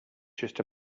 just